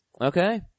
Okay